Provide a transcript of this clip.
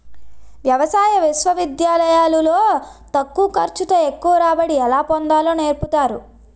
వ్యవసాయ విశ్వవిద్యాలయాలు లో తక్కువ ఖర్చు తో ఎక్కువ రాబడి ఎలా పొందాలో నేర్పుతారు